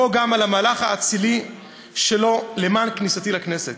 וגם על המהלך האצילי שלו למען כניסתי לכנסת,